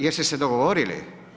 Jeste se dogovorili?